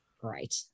Great